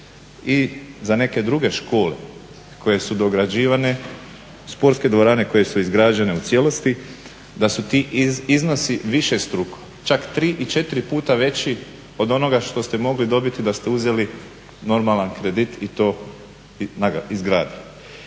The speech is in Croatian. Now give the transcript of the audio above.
i za neke druge škole koje su dograđivane, sportske dvorane koje su izgrađene u cijelosti. Da su ti iznosi višestruko, čak i 3 i 4 puta veći od onoga što ste mogli dobiti da ste uzeli normalna kredit i to izgradili.